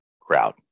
crowd